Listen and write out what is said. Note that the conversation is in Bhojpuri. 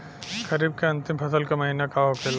खरीफ के अंतिम फसल का महीना का होखेला?